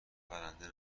برنده